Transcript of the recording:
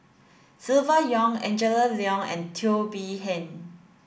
Silvia Yong Angela Liong and Teo Bee Yen